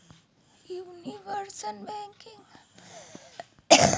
universal banking bank के वर्णन करे ले कइल जा हइ